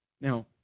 Now